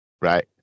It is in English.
right